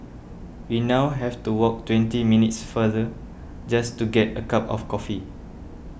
we now have to walk twenty minutes farther just to get a cup of coffee